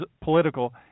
political